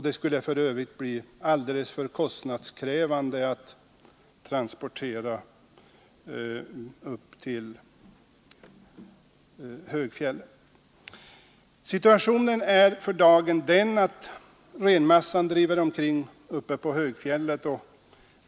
Det skulle för övrigt bli alldeles för kostnadskrävande att anordna transporter upp till högfjället. Situationen är för dagen att renmassan driver omkring uppe på högfjället.